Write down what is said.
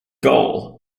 goal